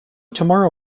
tomorrow